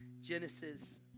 Genesis